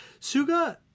Suga